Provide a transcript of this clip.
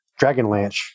Dragonlance